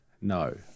no